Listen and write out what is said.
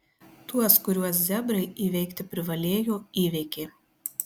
tuos kuriuos zebrai įveikti privalėjo įveikė